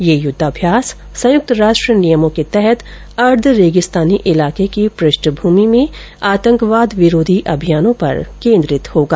यह युद्धाभ्यास संयुक्त राष्ट्र नियमों के तहत अर्द्व रेगिस्तानी इलाके की पृष्ठभूमि में आतंकवाद विरोधी अभियानों पर केन्द्रित होगा